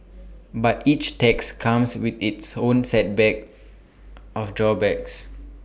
but each tax comes with its own set back of drawbacks